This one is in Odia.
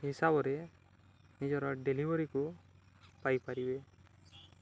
ହିସାବରେ ନିଜର ଡେଲିଭରିକୁ ପାଇପାରିବେ